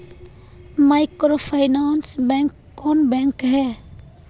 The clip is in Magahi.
माइक्रोफाइनांस बैंक कौन बैंक है?